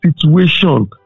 situation